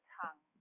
tongue